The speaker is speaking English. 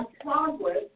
progress